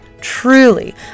truly